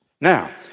Now